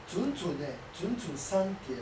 准准 eh 准准三点